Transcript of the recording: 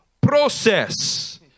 process